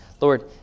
Lord